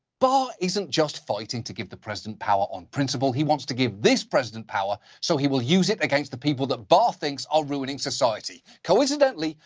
barr isn't just fighting to give the president power on principle. he wants to give this president power, so he will use it against the people who barr thinks are ruining society. coincidentally,